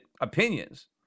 opinions